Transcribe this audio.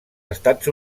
estats